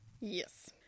Yes